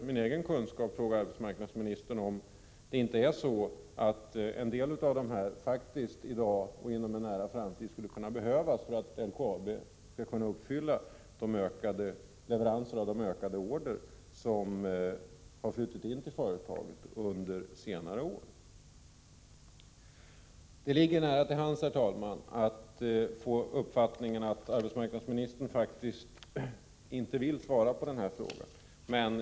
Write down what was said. Jag vill fråga arbetsmarknadsministern om inte en del av de här aktuella personerna i dag eller inom en nära framtid faktiskt kommer att behövas för att LKAB skall kunna uppfylla de ökade leveranskrav som uppstått till följd av de order som flutit in till företaget under senare år. Det ligger nära till hands, herr talman, att man får uppfattningen att arbetsmarknadsministern inte vill svara på den här frågan.